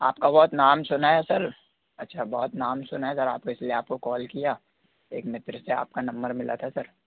आपका बहुत नाम सुना है सर अच्छा बहुत नाम सुना है सर आपका इसलिए आपको कॉल किया एक मित्र से आपका नंबर मिला था सर